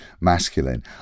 masculine